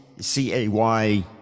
C-A-Y